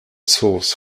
source